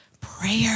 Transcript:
prayer